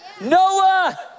Noah